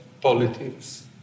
politics